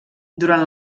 durant